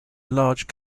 large